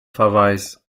verweis